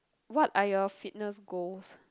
what are your fitness goals